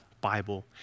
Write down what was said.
Bible